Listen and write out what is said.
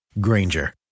Granger